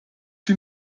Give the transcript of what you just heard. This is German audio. sie